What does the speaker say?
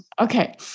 Okay